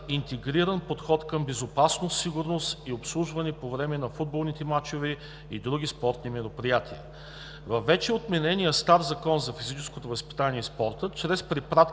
интегриран подход към безопасност, сигурност и обслужване по време на футболните мачове и други спортни мероприятия. Във вече отменения стар Закон за физическото възпитание и спорта чрез препратка